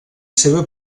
seva